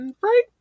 right